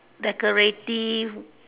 decorative